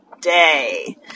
Day